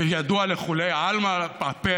וידוע לכולי עלמא הפה